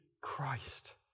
Christ